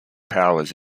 powers